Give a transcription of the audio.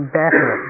better